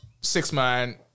six-man